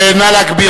נא להגביר